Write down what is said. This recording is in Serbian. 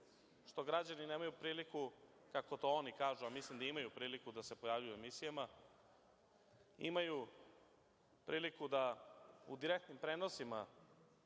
što građani nemaju priliku, kako to oni kažu, a mislim da imaju priliku da se pojavljuju u emisijama, imaju priliku da u direktnim prenosima